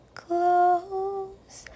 close